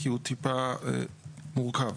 כי הוא טיפה מורכב.